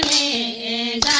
a